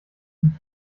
dem